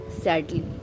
sadly